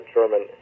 German